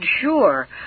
sure